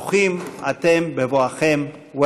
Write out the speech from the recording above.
ברוכים אתם בבואכם.